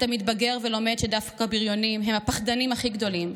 אתה מתבגר ולומד שדווקא בריונים הם הפחדנים הכי גדולים.